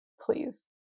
Please